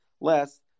less